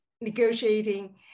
negotiating